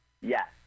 Yes